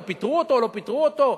אם פיטרו אותו או לא פיטרו אותו?